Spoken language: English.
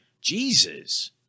Jesus